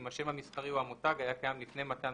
אם השם המסחרי או המותג היה קיים לפני מתן